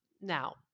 Now